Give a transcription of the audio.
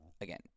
again